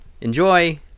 Enjoy